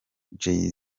jay